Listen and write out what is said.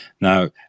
Now